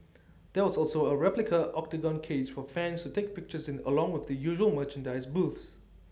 there was also A replica Octagon cage for fans to take pictures in along with the usual merchandise booths